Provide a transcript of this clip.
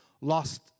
lost